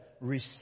Receive